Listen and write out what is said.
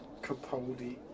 Capaldi